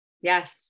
Yes